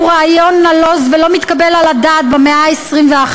רעיון נלוז ולא מתקבל על הדעת במאה ה-21,